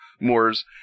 Moors